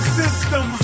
system